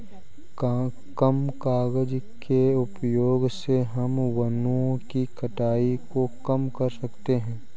कम कागज़ के उपयोग से हम वनो की कटाई को कम कर सकते है